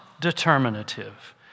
determinative